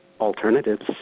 Alternatives